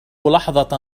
لحظة